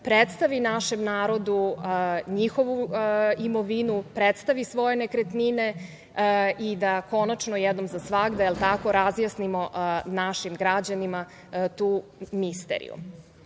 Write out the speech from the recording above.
predstavi našem narodu njihovu imovinu, predstavi svoje nekretnine i da konačno jednom za svagda razjasnimo našim građanima tu misteriju. Sada